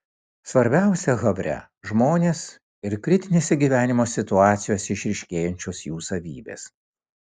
svarbiausia havre žmonės ir kritinėse gyvenimo situacijose išryškėjančios jų savybės